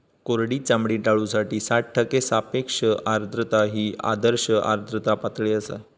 कोरडी चामडी टाळूसाठी साठ टक्के सापेक्ष आर्द्रता ही आदर्श आर्द्रता पातळी आसा